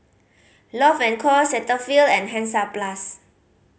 Love and Co Cetaphil and Hansaplast